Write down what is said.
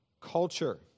culture